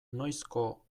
noizko